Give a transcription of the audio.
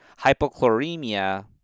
hypochloremia